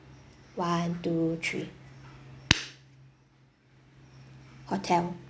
one two three hotel